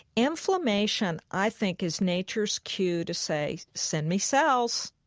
inflammation, i think, is nature's cue to say, send me cells.